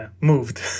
moved